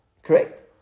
Correct